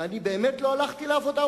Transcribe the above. ואני באמת לא הלכתי לעבודה,